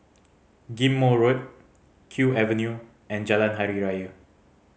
Ghim Moh Road Kew Avenue and Jalan Hari Raya